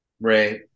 right